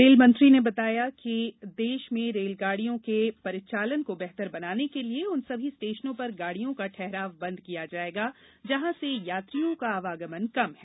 rail मंत्री ने बताया कि देश में रेलगाडियों के परिचालन को बेहतर बनाने के लिये उन सभी स्टेशनों पर गाडियो का ठहराव बंद किया जाएगा जहां से यात्रियों का आवागमन कम है